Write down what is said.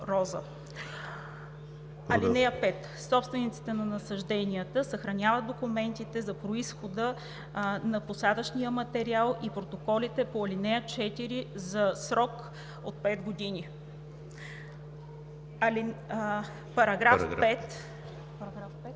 роза. (5) Собствениците на насажденията съхраняват документите за произхода на посадъчния материал и протоколите по ал. 4 за срок 5 години.“